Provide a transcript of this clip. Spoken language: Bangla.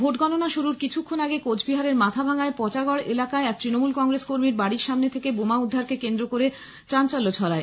ভোটগণনা শুরুর কিছুক্ষণ আগে কোচবিহারে মাথাভাঙার পচাগড় এলাকায় এক তৃণমূল কংগ্রেস কর্মীর বাড়ির সামনে থেকে বোমা উদ্ধারকে কেন্দ্র করে চাঞ্চল্য ছড়ায়